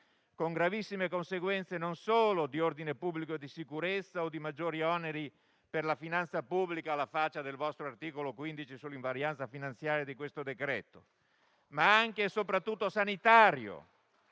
con gravissime conseguenze non solo di ordine pubblico e di sicurezza o di maggiori oneri per la finanza pubblica (alla faccia del vostro articolo 15 sull'invarianza finanziaria di questo decreto), ma anche e soprattutto di ordine